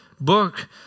book